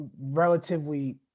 relatively